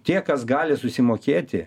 tie kas gali susimokėti